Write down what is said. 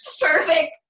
Perfect